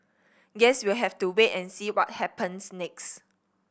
guess we have to wait and see what happens next